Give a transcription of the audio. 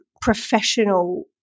professional